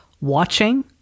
watching